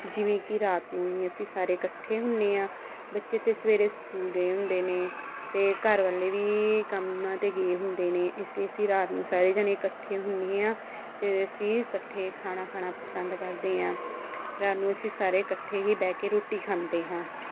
ਜਿਵੇਂ ਕਿ ਰਾਤ ਨੂੰ ਹੀ ਅਸੀਂ ਸਾਰੇ ਇਕੱਠੇ ਹੁੰਦੇ ਹਾਂ ਬੱਚੇ ਤਾਂ ਸਵੇਰੇ ਸਕੂਲ ਗਏ ਹੁੰਦੇ ਨੇ ਅਤੇ ਘਰ ਵਾਲੇ ਵੀ ਕੰਮਾਂ 'ਤੇ ਗਏ ਹੁੰਦੇ ਨੇ ਇਸ ਲਈ ਅਸੀਂ ਰਾਤ ਨੂੰ ਸਾਰੇ ਜਾਣੇ ਇਕੱਠੇ ਹੁੰਦੇ ਹਾਂ ਅਤੇ ਅਸੀਂ ਇਕੱਠੇ ਖਾਣਾ ਖਾਣਾ ਪਸੰਦ ਕਰਦੇ ਹਾਂ ਰਾਤ ਨੂੰ ਅਸੀਂ ਸਾਰੇ ਇਕੱਠੇ ਹੀ ਬਹਿ ਕੇ ਰੋਟੀ ਖਾਂਦੇ ਹਾਂ